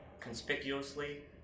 conspicuously